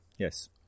Yes